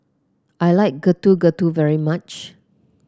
I like Getuk Getuk very much